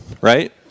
right